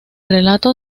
relato